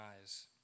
eyes